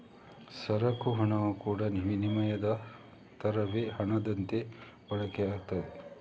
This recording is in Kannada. ಸರಕು ಹಣವು ಕೂಡಾ ವಿನಿಮಯದ ತರವೇ ಹಣದಂತೆ ಬಳಕೆ ಆಗ್ತದೆ